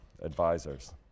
advisors